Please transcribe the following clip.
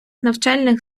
навчальних